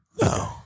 No